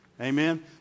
Amen